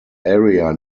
area